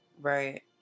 Right